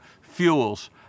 fuels